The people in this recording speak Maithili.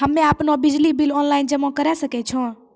हम्मे आपनौ बिजली बिल ऑनलाइन जमा करै सकै छौ?